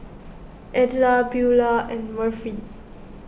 Edla Beulah and Murphy